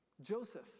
Joseph